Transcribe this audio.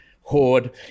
hoard